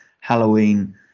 Halloween